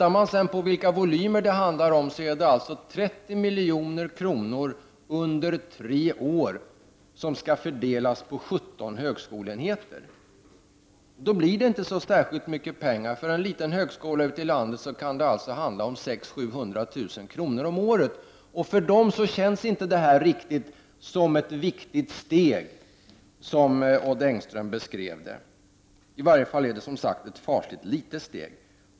Ser man sedan till de volymer det handlar om, finner man alltså att det är 30 milj.kr. under tre år som skall fördelas på 17 högskoleenheter. Då blir det inte så särskilt mycket pengar. För en liten högskola ute i landet kan det handla om 600 000-700 000 kr. om året, och för en sådan högskola känns inte det här som ett mycket viktigt steg — som Odd Engström beskrev det. I varje fall är det som sagt ett fasligt litet steg.